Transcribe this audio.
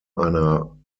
einer